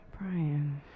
Brian